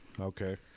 okay